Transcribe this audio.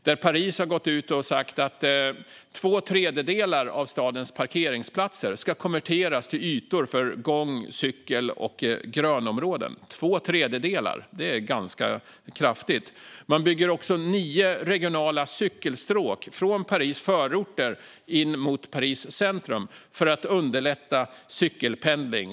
I Paris har man gått ut och sagt att två tredjedelar av stadens parkeringsplatser ska konverteras till ytor för gång och cykling och till grönområden. Två tredjedelar är en ganska stor ombyggnad. Man bygger också nio regionala cykelstråk från Paris förorter in mot Paris centrum för att underlätta för cykelpendling.